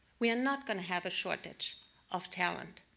we are not going to have a shortage of talent.